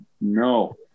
no